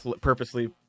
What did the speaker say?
purposefully